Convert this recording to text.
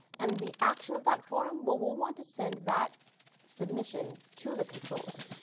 and the action of that form, we'll we'll want to send that submission to the controller,